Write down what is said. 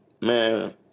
man